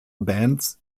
bands